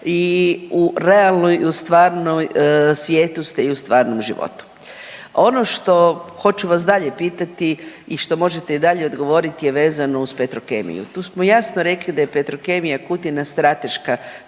i u realnoj i u stvarnoj svijetu ste i u stvarnom životu. Ono što hoću vas dalje pitati i što možete i dalje odgovoriti je vezano uz Petrokemiju. Tu smo jasno rekli da je Petrokemija Kutina strateška